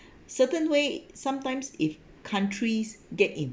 certain way sometimes if countries get